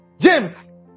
James